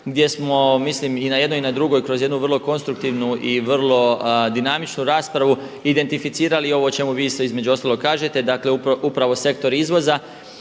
gdje smo mislim i na jednoj i drugoj kroz jednu vrlo konstruktivnu i vrlo dinamičnu raspravu identificirali ovo o čemu vi isto između ostalog kažete. Dakle upravo sektor izvoza